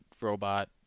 robot